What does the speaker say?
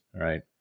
right